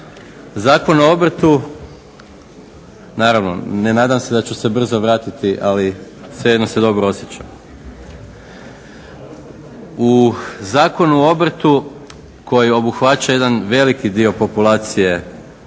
Zakon o obrtu, naravno, ne nadam se da ću se brzo vratiti, ali svejedno se dobro osjećam. U Zakonu o obrtu koji obuhvaća jedan veliki dio populacije